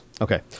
Okay